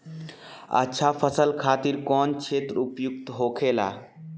अच्छा फसल खातिर कौन क्षेत्र उपयुक्त होखेला?